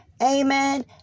amen